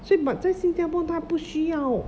所以 but 在新加坡他不需要